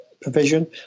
provision